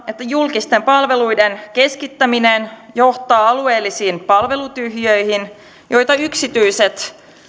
että julkisten palveluiden keskittäminen johtaa alueellisiin palvelutyhjiöihin joita yksityiset